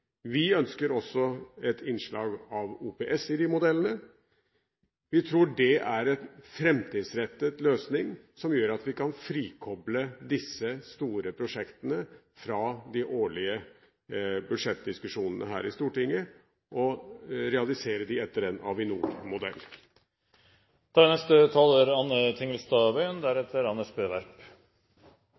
Vi ønsker også et innslag av Offentlig Privat Samarbeid – OPS – i de modellene. Vi tror det er en framtidsrettet løsning som gjør at vi kan frikoble disse store prosjektene fra de årlige budsjettdiskusjonene her i Stortinget, og realisere dem etter en Avinor-modell. Jeg